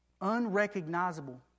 Unrecognizable